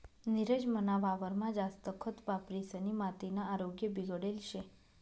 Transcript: नीरज मना वावरमा जास्त खत वापरिसनी मातीना आरोग्य बिगडेल शे